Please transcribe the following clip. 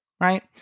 right